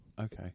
Okay